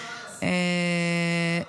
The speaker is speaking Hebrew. לראש הממשלה, יסמין,